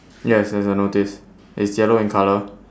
ya it's a a notice it's yellow in colour